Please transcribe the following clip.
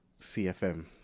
cfm